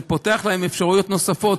זה פותח להם אפשרויות נוספות,